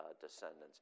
descendants